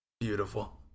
Beautiful